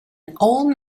old